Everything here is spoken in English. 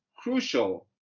crucial